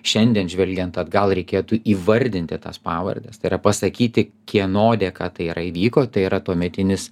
šiandien žvelgiant atgal reikėtų įvardinti tas pavardes tai yra pasakyti kieno dėka tai įvyko tai yra tuometinis